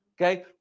Okay